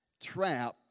trap